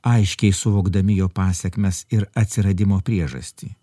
aiškiai suvokdami jo pasekmes ir atsiradimo priežastį